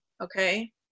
Okay